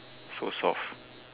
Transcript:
so soft